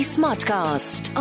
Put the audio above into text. Smartcast